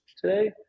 today